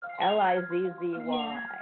l-i-z-z-y